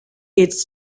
its